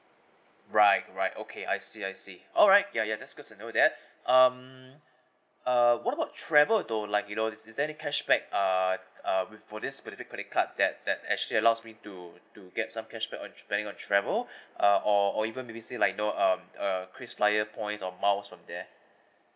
right right okay I see I see alright ya ya that's good to know that um uh what about travel though like you know is is there any cashback uh uh will for this specific credit card that that actually allows me to to get some cashback on bank on travel uh or or even maybe say like know um uh krisflyer points or miles from there